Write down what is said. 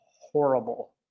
horrible